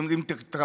באמת.